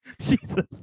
Jesus